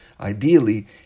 Ideally